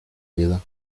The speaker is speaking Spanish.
vida